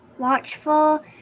watchful